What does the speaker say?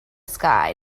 sky